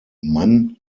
mann